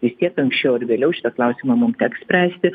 vis tiek anksčiau ar vėliau šitą klausimą mum teks spręsti